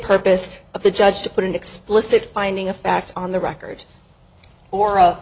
purpose of the judge to put an explicit finding a fact on the record or